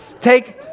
Take